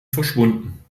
verschwunden